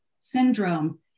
syndrome